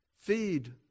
feed